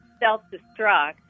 self-destruct